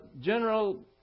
General